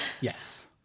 Yes